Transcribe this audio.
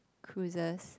cruises